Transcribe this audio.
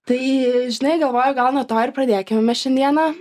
tai žinai galvoju gal nuo to ir pradėkim mes šiandieną